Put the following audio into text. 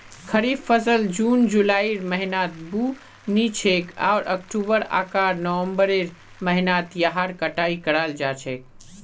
खरीफ फसल जून जुलाइर महीनात बु न छेक आर अक्टूबर आकर नवंबरेर महीनात यहार कटाई कराल जा छेक